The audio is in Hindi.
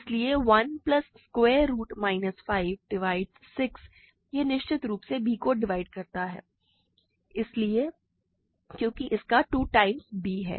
इसलिए 1 plus square root minus 5 divides 6 यह निश्चित रूप से b को डिवाइड करता है इसलिए क्योंकि इसका 2 टाइम्स b है